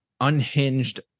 unhinged